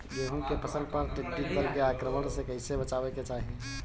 गेहुँ के फसल पर टिड्डी दल के आक्रमण से कईसे बचावे के चाही?